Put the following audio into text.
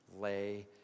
Lay